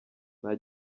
nta